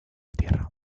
tierra